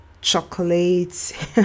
chocolates